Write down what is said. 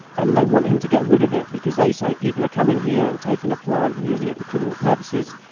and they want him to get rid of it because they say people are coming here and taking the plant and using it for criminal purposes,